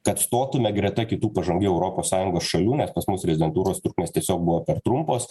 kad stotume greta kitų pažangių europos sąjungos šalių nes pas mus rezidentūros trukmės tiesiog buvo per trumpos